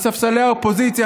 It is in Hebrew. מספסלי האופוזיציה,